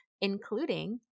including